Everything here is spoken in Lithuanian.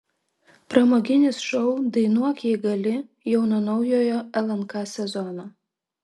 pramoginis šou dainuok jei gali jau nuo naujojo lnk sezono